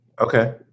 Okay